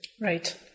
Right